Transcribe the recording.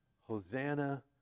Hosanna